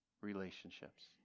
relationships